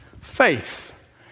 faith